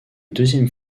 deuxième